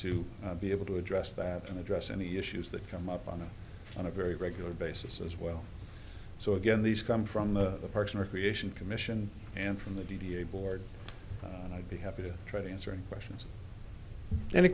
to be able to address that and address any issues that come up on a on a very regular basis as well so again these come from the parks and recreation commission and from the d d a board and i'd be happy to try to answer any questions any